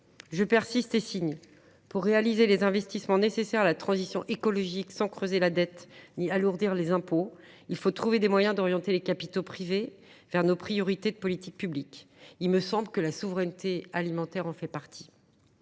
Je persiste et signe : pour réaliser les investissements nécessaires à la transition écologique, sans creuser la dette ni alourdir les impôts, il faut trouver des moyens d’orienter les capitaux privés vers les priorités de nos politiques publiques. La souveraineté alimentaire de la France